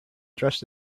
dressed